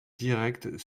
directs